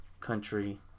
country